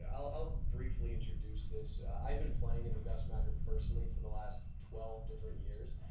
ah i'll briefly introduce this. i've been playing in the gus macker personally for the last twelve different years.